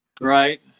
right